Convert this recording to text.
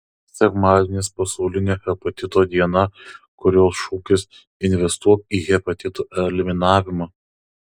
sekmadienis pasaulinė hepatito diena kurios šūkis investuok į hepatitų eliminavimą